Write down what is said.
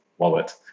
Wallet